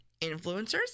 influencers